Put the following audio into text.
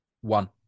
One